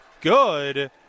good